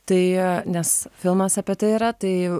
tai nes filmas apie tai yra tai